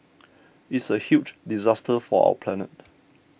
it's a huge disaster for our planet